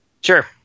Sure